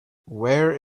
where